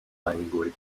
language